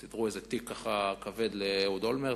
הם סידרו איזה תיק, ככה כבד לאהוד אולמרט,